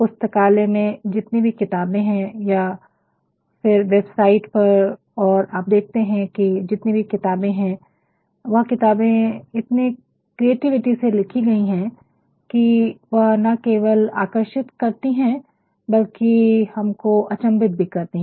पुस्तकालय में जितनी भी किताबें हैं या फिर वेबसाइट पर और आप देखते हैं कि जितनी भी किताबें हैं वह किताबें इतने क्रिएटिविटी से लिखी गई है की वह न केवल आकर्षित करती हैं बल्कि हम को अचंभित भी करती हैं